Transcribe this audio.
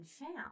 found